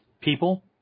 people